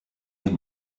your